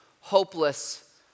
hopeless